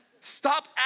Stop